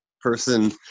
person